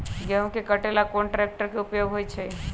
गेंहू के कटे ला कोंन ट्रेक्टर के उपयोग होइ छई?